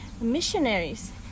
missionaries